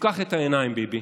תפקח את העיניים, ביבי,